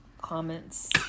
comments